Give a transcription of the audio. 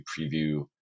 preview